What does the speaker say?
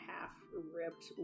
half-ripped